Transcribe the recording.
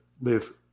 live